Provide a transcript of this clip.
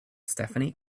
stephanie